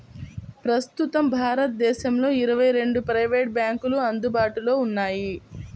ప్రస్తుతం భారతదేశంలో ఇరవై రెండు ప్రైవేట్ బ్యాంకులు అందుబాటులో ఉన్నాయి